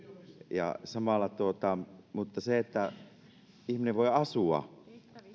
ja se että ihminen voi asua